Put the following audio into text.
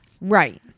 Right